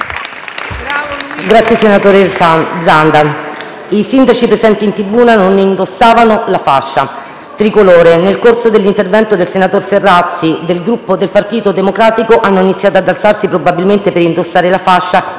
Senatore Zanda, i sindaci presenti in tribuna non indossavano la fascia tricolore. Nel corso dell'intervento del senatore Ferrazzi del Gruppo Partito Democratico hanno iniziato ad alzarsi, probabilmente per indossare la fascia,